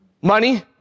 money